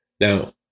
Now